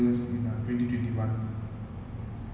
ya and like to all the people out there just